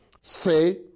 Say